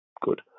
good